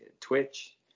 Twitch